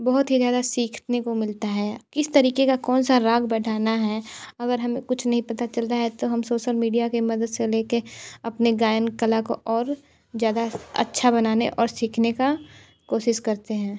बहुत ही ज़्यादा सीखने को मिलता है किस तरीके का कौन सा राग बैठाना है अगर हमें कुछ नहीं पता चल रहा है तो हम सोशल मीडिया के मदद से ले के अपने गायन कला को और ज़्यादा अच्छा बनाने और सीखने का कोशिश करते हैं